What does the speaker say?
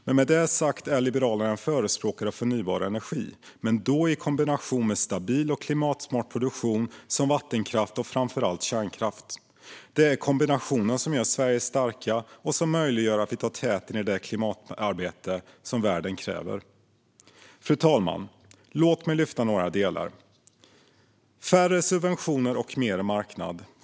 Med det sagt är Liberalerna en förespråkare för förnybar energi, men då i kombination med stabil och klimatsmart produktion som vattenkraft och framför allt kärnkraft. Det är kombinationen som gör Sverige starkt och som möjliggör att vi tar täten i det klimatarbete som världen kräver. Fru talman! Låt mig lyfta fram några delar! Det behövs färre subventioner och mer marknad.